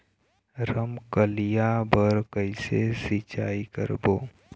रमकलिया बर कइसे सिचाई करबो?